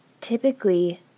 Typically